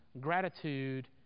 Gratitude